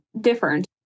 different